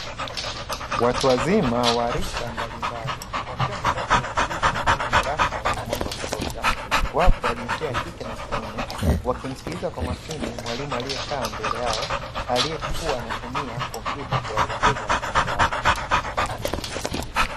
Watu wazima waarika mbalimbali wakiwa wamekaa, kwa utulivu ndani ya darasa lenye mwanga wa kutosha. Wapo jinsia ya kike na kiume wakimsikiliza, kwa makini mwalimu aliyekaa mbele yao aliyekuwa anatumia, kompyuta kuwaelekeza wanafunzi hao.